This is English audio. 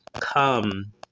Come